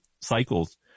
cycles